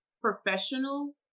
professional